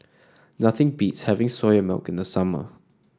nothing beats having Soya Milk in the summer